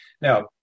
Now